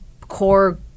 core